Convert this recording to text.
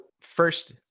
first